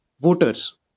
voters